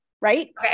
right